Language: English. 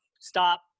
stop